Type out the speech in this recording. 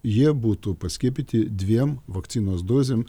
jie būtų paskiepyti dviem vakcinos dozėm